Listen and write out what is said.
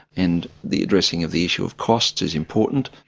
and the addressing of the issue of costs is important.